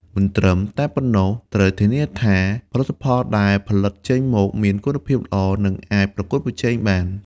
មិនត្រឹមតែប៉ុណ្ណោះ ត្រូវធានាថាផលិតផលដែលផលិតចេញមកមានគុណភាពល្អ និងអាចប្រកួតប្រជែងបាន។